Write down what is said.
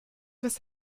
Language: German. was